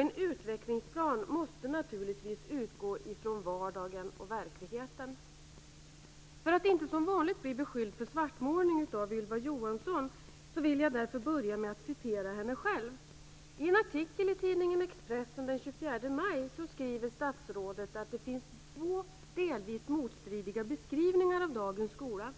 En utvecklingsplan måste naturligtvis utgå ifrån vardagen och verkligheten. För att inte som vanligt bli beskylld för svartmålning av Ylva Johansson vill jag börja med att citera henne själv. I en artikel i tidningen Expressen den 24 maj skriver statsrådet att det finns två delvis motstridiga beskrivningar av dagens skola.